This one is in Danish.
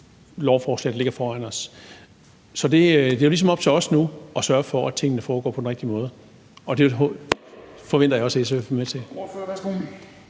lovforslag, der ligger foran os. Det er jo ligesom op til os nu at sørge for, at tingene foregår på den rigtige måde, og det forventer jeg også at SF vil være med til.